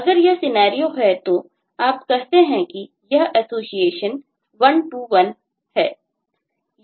अगर यह सिनेरियो है तो आप कहते हैं कि यह एसोसिएशन one to one है